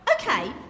Okay